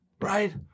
right